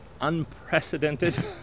unprecedented